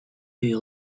you